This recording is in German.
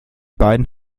beiden